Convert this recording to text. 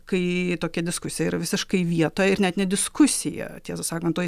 kai tokia diskusija yra visiškai vietoj ir net ne diskusija tiesą sakant toj